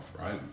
right